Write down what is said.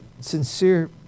sincere